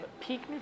Peak